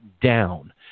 down